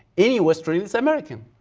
any westerners are american.